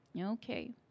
Okay